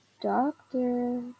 Doctor